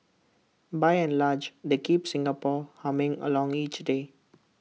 by and large they keep Singapore humming along each day